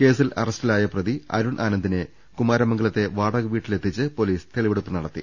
കേസിൽ അറസ്റ്റിലായ പ്രതി അരുൺ ആനന്ദിനെ കുമാര മംഗ ലത്തെ വാടക വീട്ടിലെത്തിച്ച് പൊലിസ് തെളിവെടുപ്പ് നടത്തി